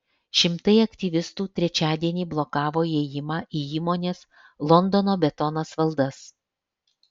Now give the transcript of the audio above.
šimtai aktyvistų trečiadienį blokavo įėjimą į įmonės londono betonas valdas